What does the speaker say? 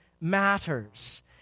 matters